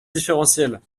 différentielle